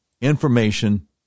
information